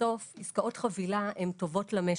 שבסוף עסקאות חבילה הן טובות למשק,